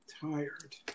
tired